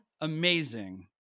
amazing